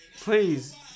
Please